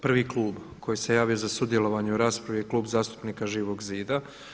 Prvi klub koji se javio za sudjelovanje u raspravi je Klub zastupnika Živog zida.